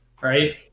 Right